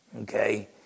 Okay